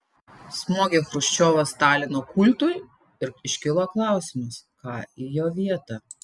smogė chruščiovas stalino kultui ir iškilo klausimas ką į jo vietą